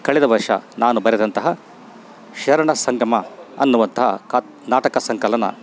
ಕಳೆದ ವರ್ಷ ನಾನು ಬರೆದಂತಹ ಶರಣ ಸಂಗಮ ಅನ್ನುವಂತಹ ಕಾತ್ ನಾಟಕ ಸಂಕಲನ